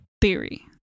Theory